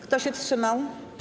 Kto się wstrzymał?